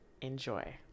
enjoy